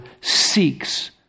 seeks